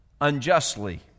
unjustly